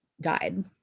Died